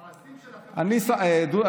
המעשים שלכם אומרים את זה.